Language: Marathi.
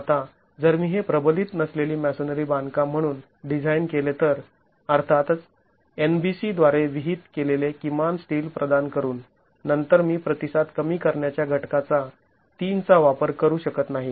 आता जर मी हे प्रबलित नसलेली मॅसोनरी बांधकाम म्हणून डिझाईन केले तर अर्थात NBC द्वारे विहित केलेले किमान स्टील प्रदान करून नंतर मी प्रतिसाद कमी करण्याच्या घटका चा ३ चा वापर करू शकत नाही